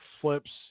flips